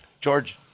George